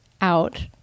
out